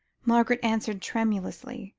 margaret answered tremulously,